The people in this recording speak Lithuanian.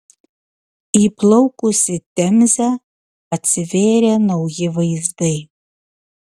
įplaukus į temzę atsivėrė nauji vaizdai